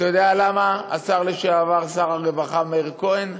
אתה יודע למה, שר הרווחה לשעבר מאיר כהן?